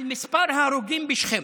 על מספר ההרוגים בשכם.